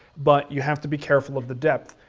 but you have to be careful of the depth.